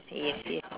yes yes